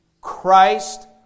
Christ